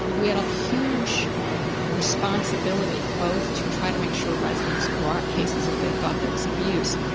we had a huge responsibility both to try to make sure residents brought cases if they thought there was abuse,